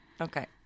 Okay